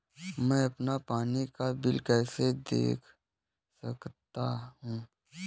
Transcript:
मैं अपना पानी का बिल कैसे देख सकता हूँ?